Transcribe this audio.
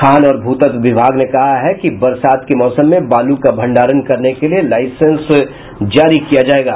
खान और भूतत्व विभाग ने कहा है कि बरसात के मौसम में बालू का भंडारण करने के लिये लाइसेंस जारी किया जायेगा